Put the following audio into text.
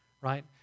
right